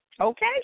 Okay